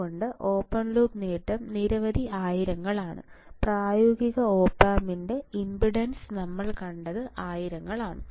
അതുകൊണ്ട് open loop നേട്ടം നിരവധി 1000 ങ്ങളാണ് പ്രായോഗിക ഓപാം ഇൻപുട്ട് ഇംപെഡൻസിൽ നമ്മൾ കണ്ടത് 1000 ങ്ങളാണ്